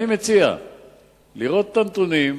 אני מציע לראות את הנתונים,